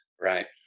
Right